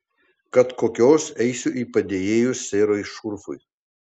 kad kokios eisiu į padėjėjus serui šurfui